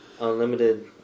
unlimited